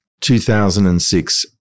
2006